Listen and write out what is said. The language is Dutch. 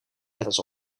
letters